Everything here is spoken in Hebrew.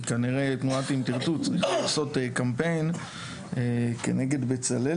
כי כנראה תנועת "אם תרצו" צריכה לעשות קמפיין כנגד בצלאל,